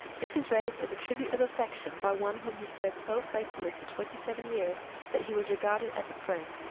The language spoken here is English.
this is raised as a tribute of affection by one whom he served so faithfully for twenty seven years that he was regarded as a friend,